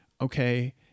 okay